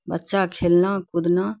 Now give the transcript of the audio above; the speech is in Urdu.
بچہ کھیلنا کودنا